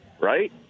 right